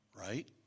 right